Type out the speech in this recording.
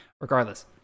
regardless